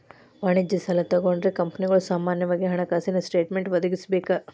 ವಾಣಿಜ್ಯ ಸಾಲಾ ತಗೊಂಡ್ರ ಕಂಪನಿಗಳು ಸಾಮಾನ್ಯವಾಗಿ ಹಣಕಾಸಿನ ಸ್ಟೇಟ್ಮೆನ್ಟ್ ಒದಗಿಸಬೇಕ